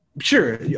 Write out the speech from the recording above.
sure